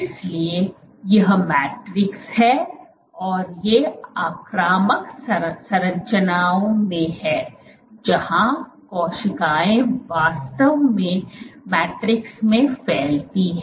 इसलिए यह मैट्रिक्स है और ये आक्रामक संरचनाओं में हैं जहां कोशिकाएं वास्तव में मैट्रिक्स में फैलती हैं